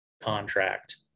contract